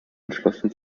entschlossen